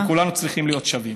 וכולנו צריכים להיות שווים.